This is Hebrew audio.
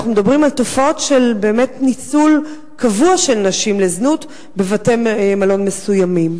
אנחנו מדברים על תופעות של ניצול קבוע של נשים לזנות בבתי-מלון מסוימים.